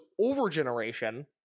overgeneration